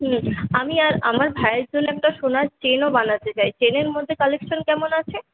হ্যাঁ আমি আর আমার ভাইয়ের জন্য একটা সোনার চেনও বানাতে চাই চেনের মধ্যে কালেকশন কেমন আছে